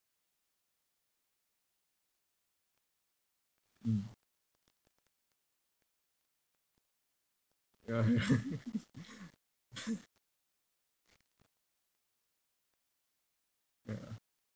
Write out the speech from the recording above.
mm ya ya